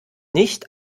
nicht